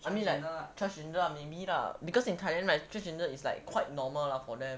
I mean like transgender maybe lah because in thailand right transgender is like quite normal lah for them